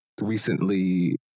recently